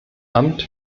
amt